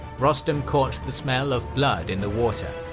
rostam caught the smell of blood in the water.